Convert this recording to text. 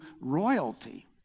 royalty